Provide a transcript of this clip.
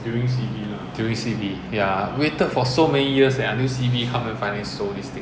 during C_B ya waited for so many years leh until C_B come then finally sold this thing